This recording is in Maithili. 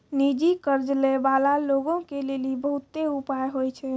निजी कर्ज लै बाला लोगो के लेली बहुते उपाय होय छै